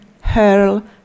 hurl